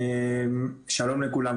שלום לכולם.